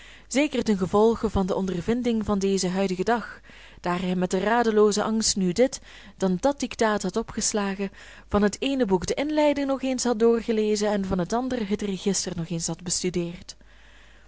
zeker ten gevolge van de ondervinding van dezen huidigen dag daar hij met radeloozen angst nu dit dan dat dictaat had opgeslagen van het eene boek de inleiding nog eens had doorgelezen en van het andere het register nog eens had bestudeerd